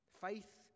Faith